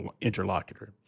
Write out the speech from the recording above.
interlocutor